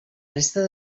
resta